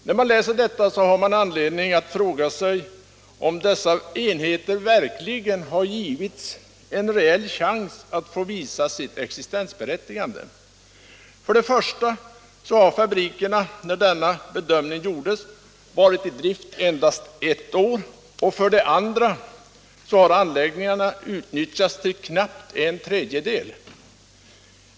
När man läser detta har man anledning fråga sig om dessa enheter verkligen har givits en reell chans att visa sitt existensberättigande. För det första hade fabrikerna när denna bedömning gjordes varit i drift endast ett år. För det andra har anläggningarna utnyttjats till knappt en tredjedel.